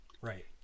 Right